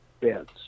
beds